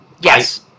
Yes